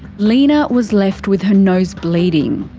lina was left with her nose bleeding.